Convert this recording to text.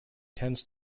tends